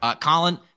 Colin